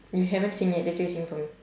you haven't sing yet later you sing for me